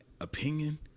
opinion